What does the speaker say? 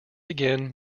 again